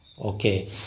Okay